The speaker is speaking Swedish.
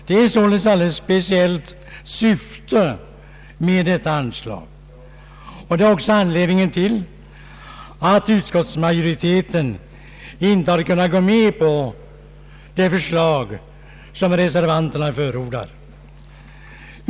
Det är således ett alldeles speciellt syfte med detta an slag, och det är också anledningen till att utskottsmajoriteten inte ansett sig kunna biträda det förslag som reservanterna framfört.